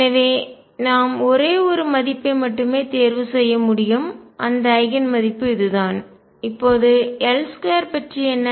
எனவே நாம் ஒரே ஒரு மதிப்பை மட்டுமே தேர்வு செய்ய முடியும் அந்த ஐகன் மதிப்பு இதுதான் இப்போது L2 பற்றி என்ன